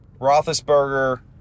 Roethlisberger